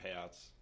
payouts